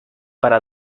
para